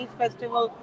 festival